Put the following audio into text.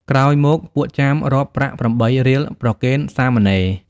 ក្រោយមក ពួកចាមរាប់ប្រាក់ ៨ រៀលប្រគេនសាមណេរ។